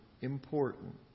important